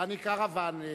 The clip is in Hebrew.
דני קרוון,